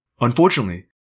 Unfortunately